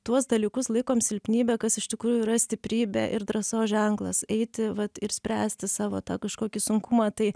tuos dalykus laikom silpnybe kas iš tikrųjų yra stiprybė ir drąsos ženklas eiti vat ir spręsti savo tą kažkokį sunkumą tai